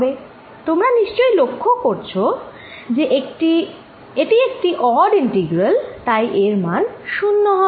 তোমরা নিশ্চয়ই লক্ষ্য করছো করেছ যে এটি একটি অড ইন্টিগ্রাল তাই এর মান শূন্য হবে